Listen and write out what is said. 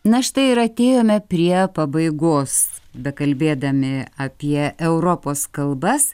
na štai ir atėjome prie pabaigos bekalbėdami apie europos kalbas